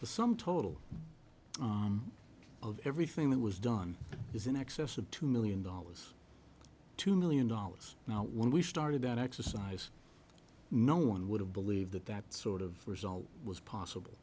the sum total of everything that was done is in excess of two million dollars two million dollars now when we started that exercise no one would have believed that that sort of result was possible